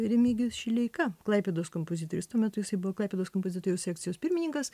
remigijus šileika klaipėdos kompozitorius tuo metu jisai buvo klaipėdos kompozitorių sekcijos pirmininkas